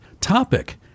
topic